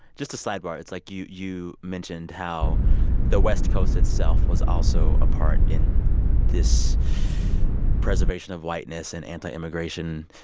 just a sidebar, it's like you you mentioned how the west coast itself was also a part in this preservation of whiteness and anti-immigration.